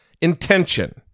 intention